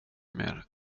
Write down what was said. mer